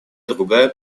другая